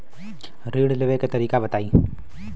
ऋण लेवे के तरीका बताई?